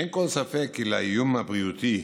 אין כל ספק כי לאיום הבריאותי,